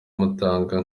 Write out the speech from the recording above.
mutanga